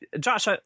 Josh